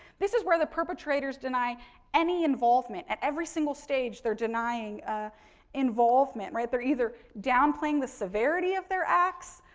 this is where the perpetrators deny any involvement in and every single stage. they're denying ah involvement, right, they're either downplaying the severity of their acts